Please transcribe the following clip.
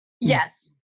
Yes